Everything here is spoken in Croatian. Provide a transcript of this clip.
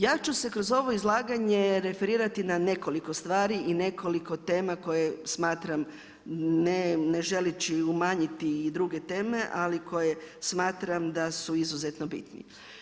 Ja ću se kroz ovo izlaganje referirati na nekoliko stvari i nekoliko tema koje smatram, ne želeći umanjiti druge teme, ali koje smatram da su izuzetno bitne.